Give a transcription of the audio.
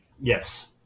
Yes